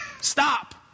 Stop